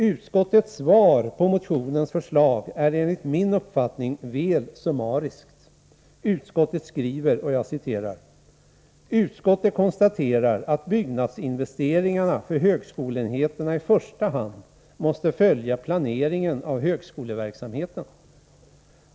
Utskottets svar på motionens förslag är enligt min uppfattning väl summariskt. Utskottet skriver: ”Med anledning av motion 1983/84:2025 konstaterar utskottet att byggnadsinvesteringarna för högskoleenheterna i första hand måste följa planeringen av högskoleverksamheten.